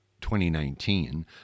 2019